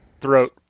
throat